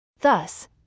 Thus